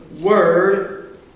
word